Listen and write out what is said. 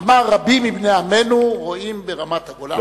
אמר: רבים מבני עמנו רואים ברמת-הגולן חלק,